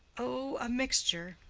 oh, a mixture.